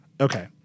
Okay